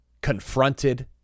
confronted